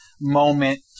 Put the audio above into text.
moment